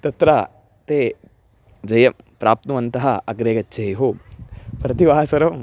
तत्र ते जयं प्राप्नुवन्तः अग्रे गच्छेयुः प्रतिवासरं